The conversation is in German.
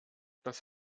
das